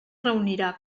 reunirà